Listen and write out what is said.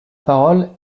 parole